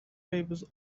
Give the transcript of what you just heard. favours